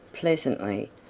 pleasantly,